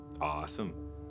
Awesome